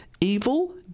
Evil